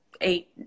eight